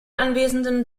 anwesenden